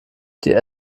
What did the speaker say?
die